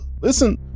Listen